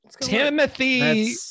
Timothy